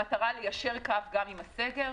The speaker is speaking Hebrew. במטרה ליישר קו גם עם הסגר.